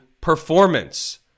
performance